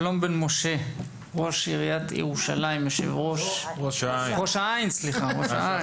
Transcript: שלום בן משה, ראש עיריית ראש העין, יו"ר